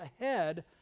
ahead